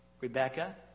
Rebecca